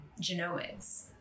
genomics